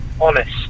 honest